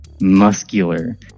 muscular